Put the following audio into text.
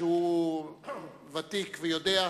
שהוא ותיק ויודע,